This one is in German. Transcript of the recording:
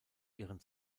ihren